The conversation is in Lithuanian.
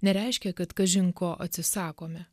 nereiškia kad kažin ko atsisakome